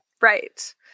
Right